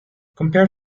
compare